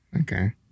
okay